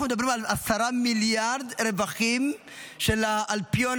אנחנו מדברים על 10 מיליארד רווחים של האלפיון